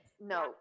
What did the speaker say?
no